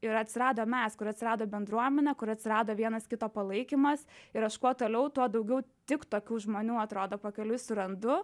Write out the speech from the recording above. ir atsirado mes kur atsirado bendruomenė kur atsirado vienas kito palaikymas ir aš kuo toliau tuo daugiau tik tokių žmonių atrodo pakeliui surandu